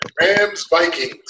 Rams-Vikings